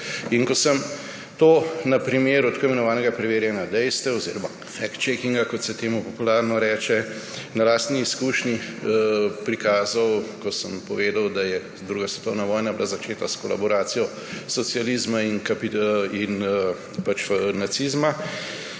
Ko sem na primeru tako imenovanega preverjanja dejstev oziroma fact-checkinga, kot se temu popularno reče, na lastni izkušnji prikazal, povedal, da je bila druga svetovna vojna začeta s kolaboracijo socializma in nacizma,